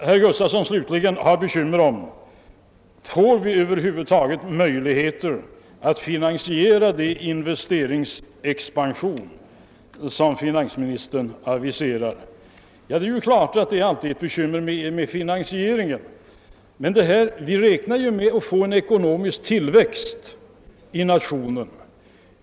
Herr Gustafson i Göteborg bekymrar sg över om det över huvud taget blir möjligt att finansiera den investeringsexpansion som jag aviserat. Det är klart att det alltid är bekymmer med finansieringen men vi räknar ju med en ekonomisk tillväxt.